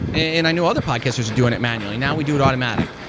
and i know other podcasters are doing it manually. now, we do it automatic.